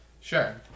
Sure